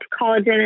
collagen